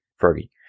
Fergie